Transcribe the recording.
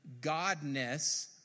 Godness